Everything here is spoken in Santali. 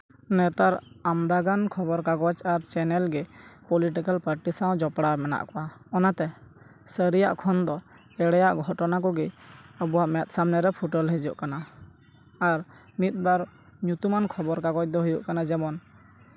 ᱱᱮᱛᱟᱨ ᱟᱢᱫᱟ ᱜᱟᱱ ᱠᱷᱚᱵᱚᱨ ᱠᱟᱜᱚᱡᱽ ᱟᱨ ᱪᱮᱱᱮᱞ ᱜᱮ ᱯᱚᱞᱤᱴᱤᱠᱮᱞ ᱯᱟᱴᱤ ᱥᱟᱶ ᱡᱚᱯᱚᱲᱟᱣ ᱢᱮᱱᱟᱜ ᱠᱟᱣᱟ ᱚᱱᱟᱛᱮ ᱥᱟᱹᱨᱤᱭᱟᱜ ᱠᱷᱚᱱ ᱫᱚ ᱮᱲᱮᱭᱟᱜ ᱜᱷᱚᱴᱚᱱᱟ ᱠᱚᱜᱮ ᱟᱵᱚᱣᱟᱜ ᱢᱮᱫ ᱥᱟᱢᱱᱮ ᱨᱮ ᱯᱷᱩᱴᱮᱞ ᱦᱤᱡᱩᱜ ᱠᱟᱱᱟ ᱟᱨ ᱢᱤᱫᱼᱵᱟᱨ ᱧᱩᱛᱩᱢᱟᱱ ᱠᱷᱚᱵᱚᱨ ᱠᱟᱜᱚᱡᱽ ᱫᱚ ᱦᱩᱭᱩᱜ ᱠᱟᱱᱟ ᱡᱮᱢᱚᱱ